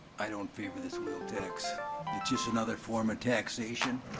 i don't favor this wheel tax. it's just another form of taxation.